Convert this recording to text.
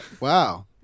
Wow